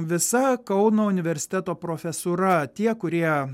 visa kauno universiteto profesūra tie kurie